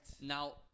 Now